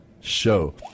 show